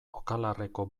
okalarreko